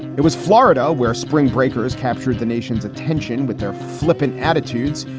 it was florida where spring breakers captured the nation's attention with their flippant attitudes.